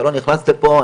אתה לא נכנס לפה,